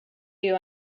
you